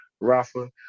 Rafa